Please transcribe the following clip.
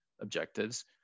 objectives